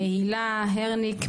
הילה הרניק,